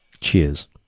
Cheers